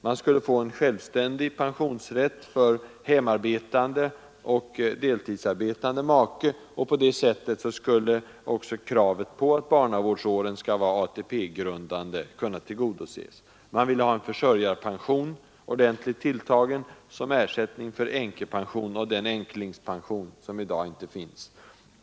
Man skulle få en självständig pensionsrätt för hemarbetande och deltidsarbetande make. På det sättet skulle också kravet på att barnavårdsåren skall vara ATP-grundande kunna tillgodoses. Man ville ha en ordentligt tilltagen försörjarpension, som ersättning för änkepension och den änklingspension som i dag inte finns.